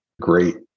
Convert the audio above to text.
great